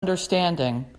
understanding